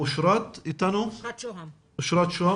אשרת שהם,